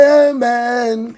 amen